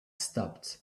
stopped